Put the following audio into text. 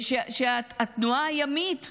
שהתנועה הימית נבלמת,